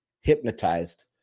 hypnotized